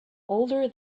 older